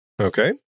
Okay